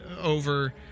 over